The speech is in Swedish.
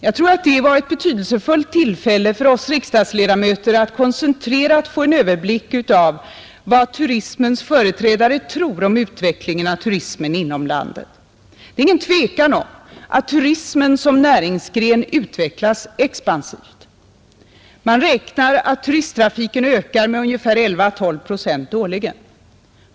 Jag tror att det var ett betydelsefullt tillfälle för oss riksdagsledamöter att koncentrerat få en överblick över vad turismens företrädare tror om utvecklingen av turismen inom landet. Det är ingen tvekan om att turismen som näringsgren utvecklas expansivt. Man räknar med att turisttrafiken ökar med 11—12 procent årligen.